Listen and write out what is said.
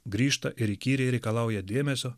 grįžta ir įkyriai reikalauja dėmesio